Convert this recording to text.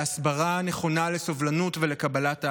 בהסברה נכונה לסובלנות ולקבלת האחר.